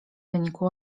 wyniku